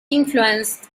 influenced